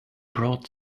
brought